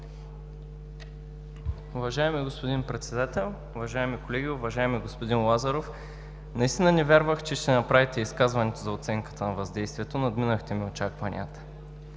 Уважаеми господин Председател, уважаеми колеги! Уважаеми господин Лазаров, наистина не вярвах, че ще направите изказването за оценката на въздействието, надминахте ми очакванията.